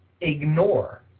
Ignore